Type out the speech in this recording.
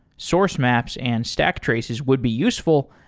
source maps and stack traces would be useful,